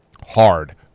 hard